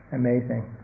amazing